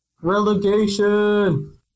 Relegation